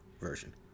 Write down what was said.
version